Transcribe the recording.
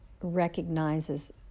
recognizes